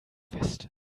feste